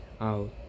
out